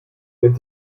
wenn